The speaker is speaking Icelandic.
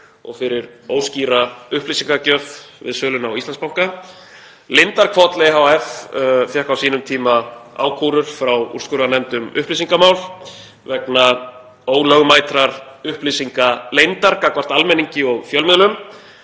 og óskýra upplýsingagjöf við söluna á Íslandsbanka. Lindarhvoll ehf. fékk á sínum tíma ákúrur frá úrskurðarnefnd um upplýsingamál vegna ólögmætrar upplýsingaleyndar gagnvart almenningi og fjölmiðlum.